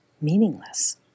meaningless